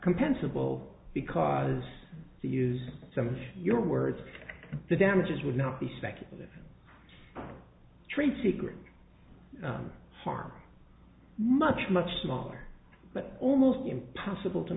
compensable because they use some of your words the damages would not be speculative trade secret harm much much smaller but almost impossible to